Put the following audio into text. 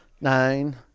nine